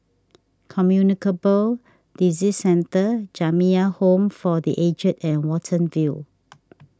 Communicable Disease Centre Jamiyah Home for the Aged and Watten View